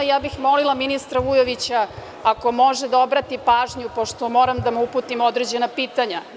Molila bih ministra Vujovića ako može da obrati pažnju, pošto moram da mu uputim određena pitanja.